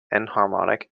enharmonic